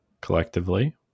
collectively